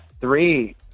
three